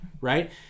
right